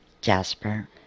Jasper